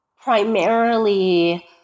primarily